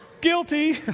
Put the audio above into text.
Guilty